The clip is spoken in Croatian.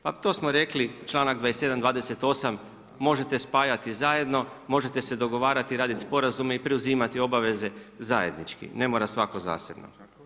Pa to smo rekli članak 28., 28. možete spajati zajedno, možete se dogovarati, raditi sporazume i preuzimati obaveze zajednički, ne mora svako zasebno.